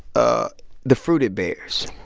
ah the fruit it bears.